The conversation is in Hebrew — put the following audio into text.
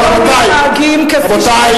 ולא מתנהגים כפי ששליחי ציבור צריכים להתנהג." רבותי,